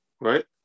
right